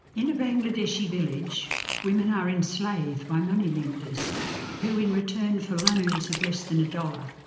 in a bangladeshi village women are enslaved by money-lenders who, in return for loans of less than a dollar,